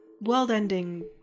world-ending